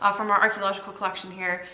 ah from our archaeological collection here,